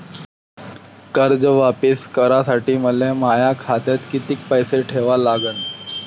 कर्ज वापिस करासाठी मले माया खात्यात कितीक पैसे ठेवा लागन?